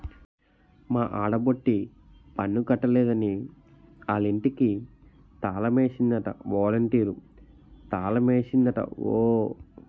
మా ఆడబొట్టి పన్ను కట్టలేదని ఆలింటికి తాలమేసిందట ఒలంటీరు తాలమేసిందట ఓ